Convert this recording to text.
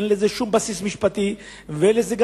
אין לו שום בסיס משפטי ואין בזה גם